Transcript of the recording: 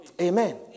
amen